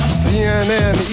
cnn